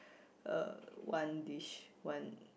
uh one dish one